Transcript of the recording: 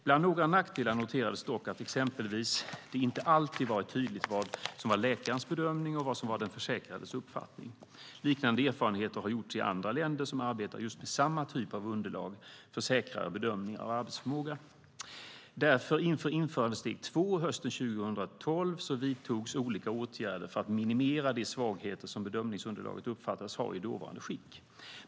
Bland några nackdelar noteras dock att det exempelvis inte alltid har varit tydligt vad som har varit läkarens bedömning och vad som var den försäkrades uppfattning. Liknande erfarenheter har gjorts i andra länder som arbetar med samma typ av underlag för säkrare bedömning av arbetsförmågan. Inför införandesteg 2 hösten 2012 vidtogs därför olika åtgärder för att minimera de svagheter som bedömningsunderlaget uppfattas ha i dåvarande skick.